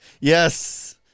Yes